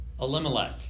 Elimelech